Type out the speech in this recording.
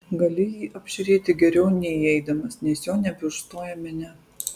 gali jį apžiūrėti geriau nei įeidamas nes jo nebeužstoja minia